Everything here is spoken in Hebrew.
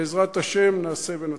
בעזרת השם נעשה ונצליח.